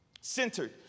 centered